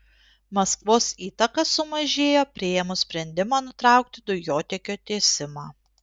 maskvos įtaka sumažėjo priėmus sprendimą nutraukti dujotiekio tiesimą